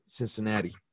Cincinnati